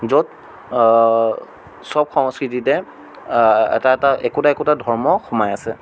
য'ত চব সংস্কৃতিতে এটা এটা একোটা একোটা ধৰ্ম সোমাই আছে